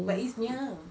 but it's near